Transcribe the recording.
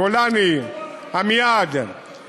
גולני, עמיעד;